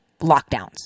lockdowns